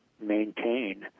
maintain